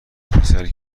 پسری